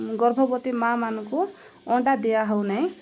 ଗର୍ଭବତୀ ମାଆ ମାନଙ୍କୁ ଅଣ୍ଡା ଦିଆ ହଉନାହିଁ